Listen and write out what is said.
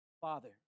Father